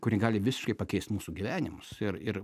kuri gali visiškai pakeist mūsų gyvenimus ir ir